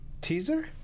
teaser